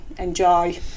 enjoy